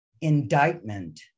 indictment